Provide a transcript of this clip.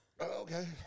Okay